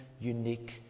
unique